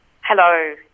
Hello